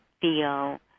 feel